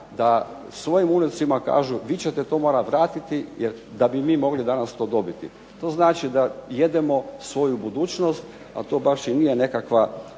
da svojim unucima kažu vi ćete to morati vratiti, jer da bi mi mogli danas to dobiti. To znači da jedemo svoju budućnost, a to baš i nije nekakva